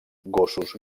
gossos